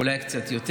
אולי קצת יותר.